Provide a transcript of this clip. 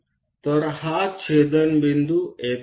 तर हा छेदनबिंदू येथे आहे